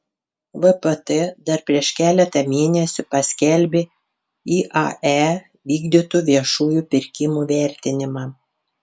vpt dar prieš keletą mėnesių paskelbė iae vykdytų viešųjų pirkimų vertinimą